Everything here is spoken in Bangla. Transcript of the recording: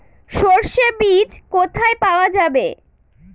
সর্ষে বিজ কোথায় পাওয়া যাবে?